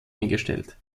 eingestellt